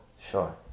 Sure